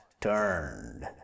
turned